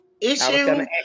issue